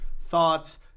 Thoughts